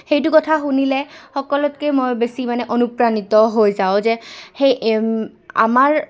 সেইটো কথা শুনিলে সকলোতকৈ মই বেছি মানে অনুপ্ৰাণিত হৈ যাওঁ যে সেই আমাৰ